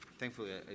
thankfully